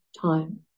time